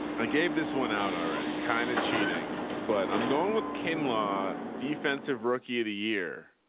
i gave this one out already kind of cheating, but i'm going with kinlaw defensive rookie of the year,